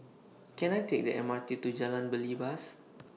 Can I Take The M R T to Jalan Belibas